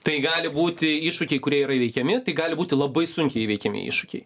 tai gali būti iššūkiai kurie yra įveikiami tai gali būti labai sunkiai įveikiami iššūkiai